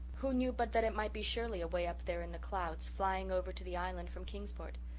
who knew but that it might be shirley away up there in the clouds, flying over to the island from kingsport?